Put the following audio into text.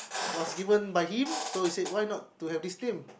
was given by him so he said why not to have this name